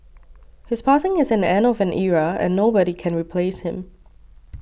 his passing is an end of an era and nobody can replace him